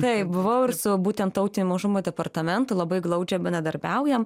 taip buvau ir su būtent tautinių mažumų departamentu labai glaudžiai bendradarbiaujam